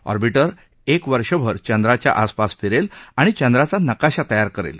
orbiter एक वर्षभर चंद्राच्या आसपास फिरेल आणि चंद्राचा नकाशा तयार करेल